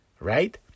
Right